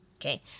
okay